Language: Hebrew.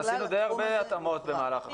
--- כן, עשינו די הרבה התאמות במהלך התקופה.